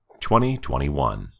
2021